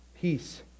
peace